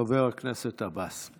חבר הכנסת עבאס.